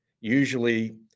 usually